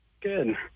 Good